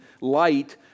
light